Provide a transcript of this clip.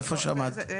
איפה שמעת?